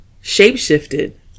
shape-shifted